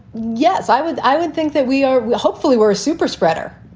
yes, i would. i would think that we are hopefully where a super spreader.